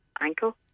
ankle